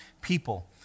people